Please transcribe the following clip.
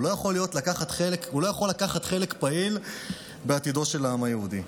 הוא לא יכול לקחת חלק פעיל בעתידו של העם היהודי.